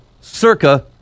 circa